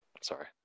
sorry